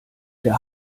der